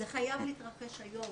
זה חייב להתרחש היום.